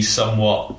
somewhat